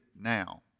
now